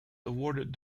awarded